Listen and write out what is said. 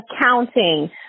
accounting